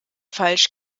falsch